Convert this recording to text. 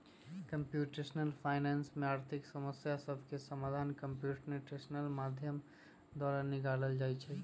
computational finance में आर्थिक समस्या सभके समाधान कंप्यूटेशनल माध्यम द्वारा निकालल जाइ छइ